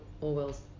Orwell's